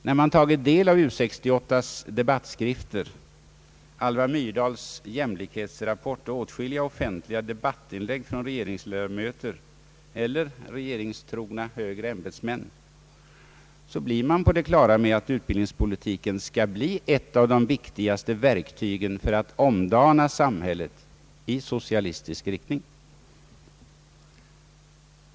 När man tagit del av U68:s debattskrifter, Alva Myrdals jämlikhetsrapport och åtskilliga offentliga debattinlägg från regeringsledamöter eller regeringstrogna högre ämbetsmän, blir man på det klara med att utbildningspolitiken skall bli ett av de viktigaste verktygen för att omdana samhället i socialistisk riktning.